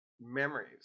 memories